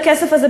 בכסף הזה,